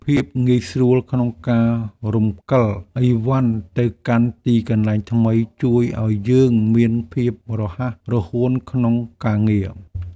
ភាពងាយស្រួលក្នុងការរំកិលឥវ៉ាន់ទៅកាន់ទីកន្លែងថ្មី ជួយឱ្យយើងមានភាពរហ័សរហួនក្នុងការងារ។